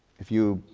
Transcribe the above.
if you,